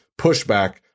pushback